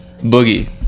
Boogie